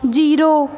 zero